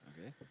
Okay